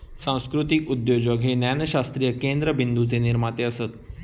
सांस्कृतीक उद्योजक हे ज्ञानशास्त्रीय केंद्रबिंदूचे निर्माते असत